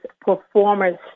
performance